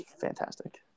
Fantastic